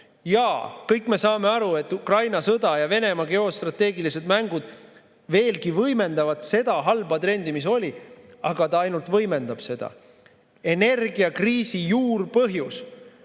Jaa, kõik me saame aru, et Ukraina sõda ja Venemaa geostrateegilised mängud veelgi võimendavad seda halba trendi, mis oli, aga need ainult võimendavad seda. Energiakriisi juurpõhjus